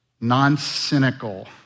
non-cynical